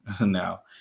now